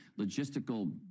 logistical